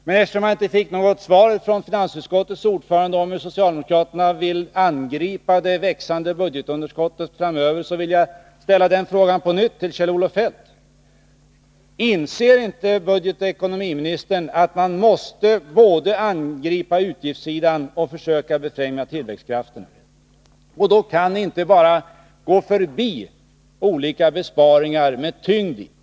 Men eftersom jag inte fick något svar från finansutskottets ordförande om hur socialdemokraterna framöver vill angripa det växande budgetunderskottet vill jag ställa frågan på nytt och denna gång till Kjell-Olof Feldt: Inser inte ekonomioch budgetministern att man måste både angripa utgiftssidan och försöka befrämja tillväxtkrafterna? Om ni gör det kan ni inte bara gå förbi olika besparingar med tyngdi.